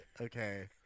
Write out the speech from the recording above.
okay